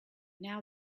now